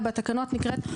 כרגע.